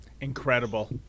Incredible